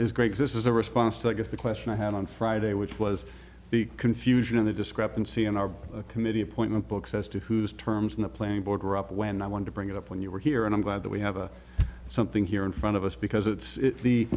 is great this is a response to i guess the question i had on friday which was the confusion of the discrepancy in our committee appointment books as to who's terms in the playing border up when i want to bring it up when you were here and i'm glad that we have a something here in front of us because it's the